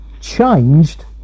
changed